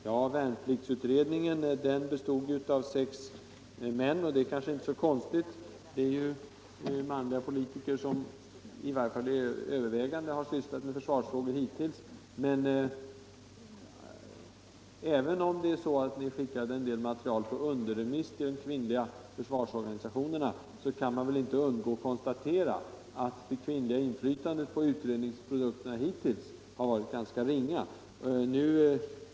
Ja, värnpliktsutredningen bestod av sex män, och det är kanske inte så konstigt — det är ju i varje fall till övervägande del manliga politiker som har sysslat med försvarsfrågor hittills. Men även om det är så att ni har skickat en del material på underremiss till de kvinnliga försvarsorganisationerna kan man inte undgå att konstatera att det kvinnliga inflytandet på utredningsprodukterna hittills har varit ganska ringa.